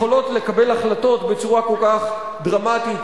שיכולות לקבל החלטות בצורה כל כך דרמטית,